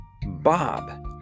Bob